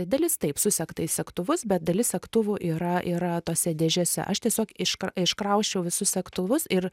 dalis taip susegta į segtuvus bet dalis segtuvų yra yra tose dėžėse aš tiesiog iš iškrausčiau visus segtuvus ir